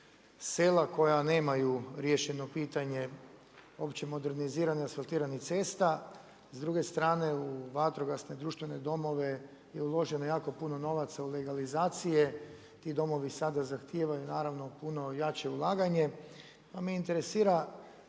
sela koja nemaju riješeno pitanje uopće moderniziranih i asfaltiranih cesta. S druge strane u vatrogasne, društvene domove je uloženo jako puno novaca u legalizacije, ti domovi sada zahtijevaju naravno puno jače ulaganje, pa me interesira